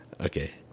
Okay